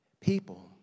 people